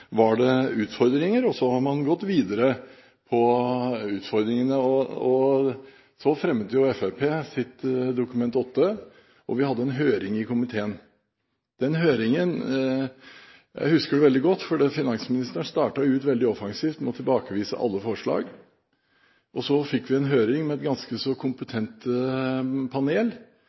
utfordringene. Så fremmet Fremskrittspartiet sitt Dokument 8-forslag, og vi hadde en høring i komiteen. Den høringen husker jeg veldig godt. Finansministeren startet veldig offensivt med å tilbakevise alle forslag. Så fikk vi en høring med et ganske så kompetent panel.